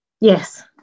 Yes